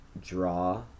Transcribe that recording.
draw